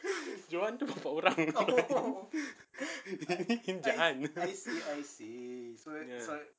johan tu nama orang ini jahan ya